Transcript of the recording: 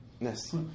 Yes